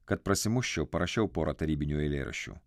kad prasimuščiau parašiau porą tarybinių eilėraščių